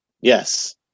Yes